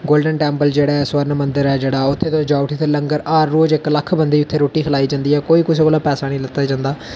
golden Temple जेह्ड़ा ऐ स्वर्ण मंदर ऐ जेह्ड़ा उत्थै तुस जाओ उठी उत्थै लंगर हर रोज इक लक्ख बंदे गी उत्थै रुट्टी खलाई जंदी ऐ कोई कुसै कोला पैसा निं लैता जंदा